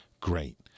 great